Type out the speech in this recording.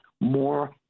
more